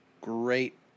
great